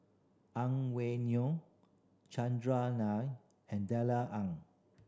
Ang Wei Neng Chandran Nair and Darrell Ang